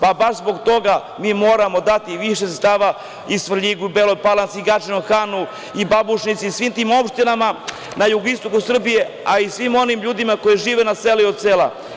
Pa, baš zbog toga mi moramo dati više sredstava i Svrljigu, i Beloj Palanci, i Gadžinom Hanu, i Babušnici i svim tim opštinama na jugoistoku Srbije, a i svim onim ljudima koji žive na selu i od sela.